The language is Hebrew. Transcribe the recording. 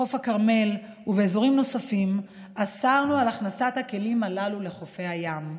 בחוף הכרמל ובאזורים נוספים אסרנו על הכנסת הכלים הללו לחופי הים.